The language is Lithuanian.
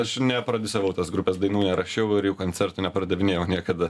aš neprodiusavau tos grupės dainų nerašiau ir jų koncertų nepardavinėjau niekada